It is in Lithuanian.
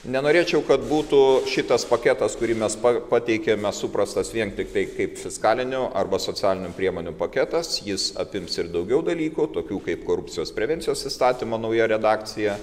nenorėčiau kad būtų šitas paketas kurį mes pateikiame suprastas vien tiktai kaip fiskalinio arba socialinių priemonių paketas jis apims ir daugiau dalykų tokių kaip korupcijos prevencijos įstatymo nauja redakcija